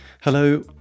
Hello